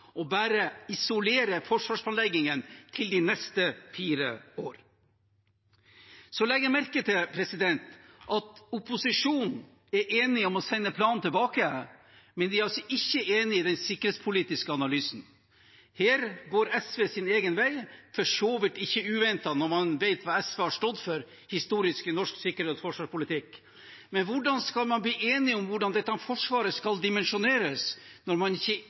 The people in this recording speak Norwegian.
bare å isolere forsvarsplanleggingen til de neste fire år. Så legger jeg merke til at opposisjonen er enige om å sende planen tilbake, men de er altså ikke enige når det gjelder den sikkerhetspolitiske analysen. Her går SV sin egen vei, for så vidt ikke uventet når man vet hva SV har stått for historisk i norsk sikkerhets- og forsvarspolitikk. Men hvordan skal man bli enige om hvordan dette forsvaret skal dimensjoneres, når man ikke